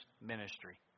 ministry